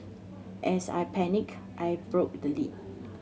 as I panicked I broke the lid